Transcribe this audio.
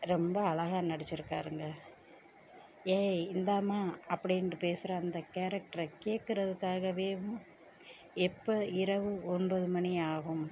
ரொம்ப அழகாக நடிச்சிருக்காருங்க ஏய் இந்தாம்மா அப்படின்ட்டு பேசுகிற அந்த கேரக்டரை கேட்கறதுக்காகவே ம் எப்போ இரவு ஒன்பது மணி ஆகும்